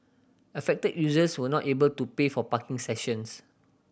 affected users were not able to pay for parking sessions